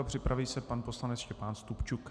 Připraví se pan poslanec Štěpán Stupčuk.